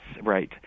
right